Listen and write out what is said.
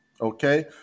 okay